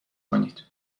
کنید